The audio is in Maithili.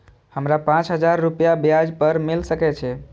हमरा पाँच हजार रुपया ब्याज पर मिल सके छे?